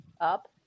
Up